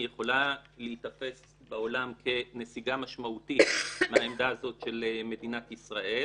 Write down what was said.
היא יכולה להיתפס בעולם כנסיגה משמעותית לעמדה הזאת של מדינת ישראל